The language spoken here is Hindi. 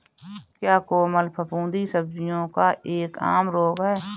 क्या कोमल फफूंदी सब्जियों का एक आम रोग है?